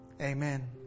Amen